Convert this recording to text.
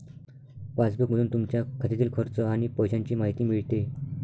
पासबुकमधून तुमच्या खात्यातील खर्च आणि पैशांची माहिती मिळते